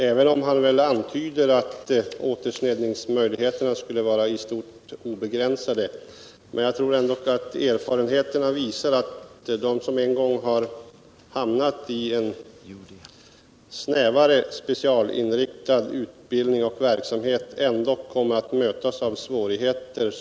Försvarsministern antyder att sneddningsmöjligheterna skulle vara i stort sett obegränsade, men jag tror ändå att erfarenheten har visat att de som en gång hamnat i en snävare specialinriktad utbildning och verksamhet kommer att mötas av svårigheter.